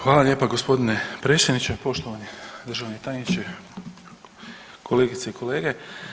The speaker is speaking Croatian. Hvala lijepa gospodine predsjedniče, poštovani državni tajniče, kolegice i kolege.